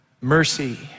mercy